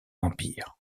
l’empire